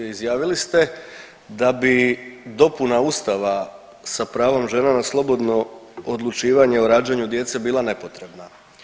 Izjavili ste da bi dopuna Ustava sa pravom žena na slobodno odlučivanje o rađanju djeca bila nepotrebna.